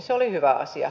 se oli hyvä asia